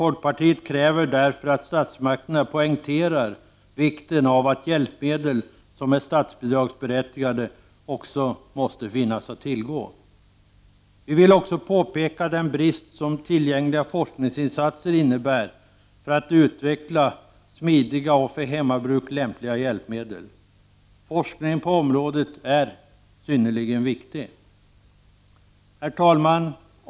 Folkpartiet kräver att statsmakterna poängterar vikten av att hjälpmedel som är statsbidragsberättigade också finns att tillgå. Vi vill vidare påpeka den brist som föreligger när det gäller forskningsinsatser för att utveckla smidiga och för hemmabruk lämpliga hjälpmedel. Forskning på området är synnerligen viktig. Herr talman!